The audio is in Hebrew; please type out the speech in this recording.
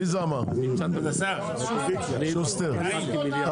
הונאה, פשוט הונאה.